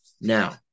Now